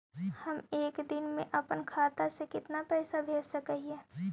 हम एक दिन में अपन खाता से कितना पैसा भेज सक हिय?